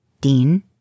Dean